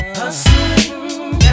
hustling